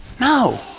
No